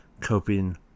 coping